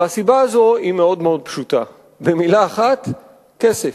והסיבה הזאת היא מאוד מאוד פשוטה, במלה אחת: כסף.